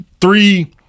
three